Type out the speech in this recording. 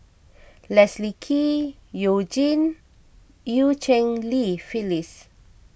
Leslie Kee You Jin and Eu Cheng Li Phyllis